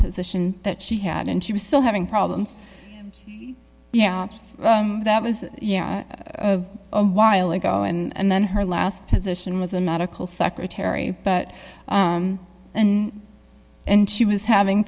position that she had and she was still having problems yeah that was yeah a while ago and then her last position was a medical secretary but and and she was having